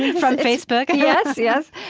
from facebook? and yes, yes.